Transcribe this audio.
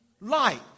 Light